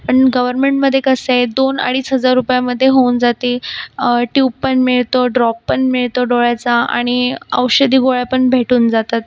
पण गवरमेंटमधे कसं आहे दोन अडीच हजार रुपयामध्ये होऊन जाते ट्यूब पण मिळतो ड्रॉप पण मिळतो डोळ्याचा आणि औषधी गोळ्या पण भेटून जातात